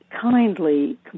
kindly